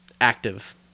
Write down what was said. Active